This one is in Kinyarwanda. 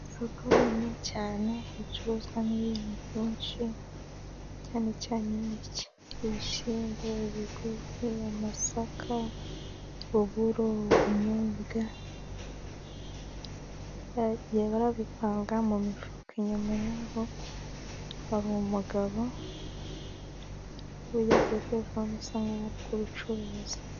Isoko rinini cyane ricuruzwamo ibintu byinshi cyane cyane ibishyimbo, ibigori, amasaka, uburo, ubunyobwa, bagiye babipanga mu mifuka . Inyuma yaho hari umugabo uvugira kuri terefone usa nk'aho ari kubicuruza.